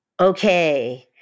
okay